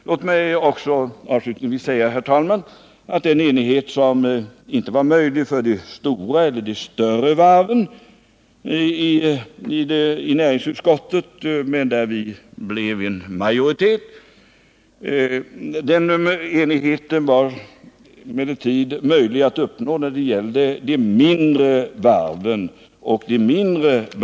Låt mig avslutningsvis säga att den enighet, som inte var möjlig att nå i näringsutskottet när det gällde de större varven men där vi blev en majoritet, var däremot möjlig att uppnå när det gällde de mindre varven och deras problem.